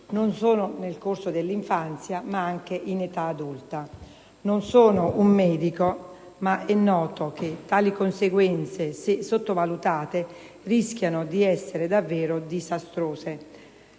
non solo nel corso dell'infanzia, ma anche nell'età adulta. Non sono un medico, ma è noto che tali conseguenze, se sottovalutate, rischiano di essere davvero disastrose.